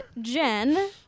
Jen